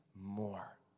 more